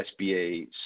SBA